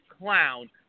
clown